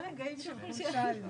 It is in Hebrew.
שימו לב פורסם מפרט אחיד למספרה,